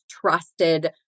trusted